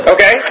Okay